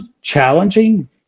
challenging